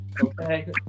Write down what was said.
Okay